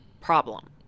problem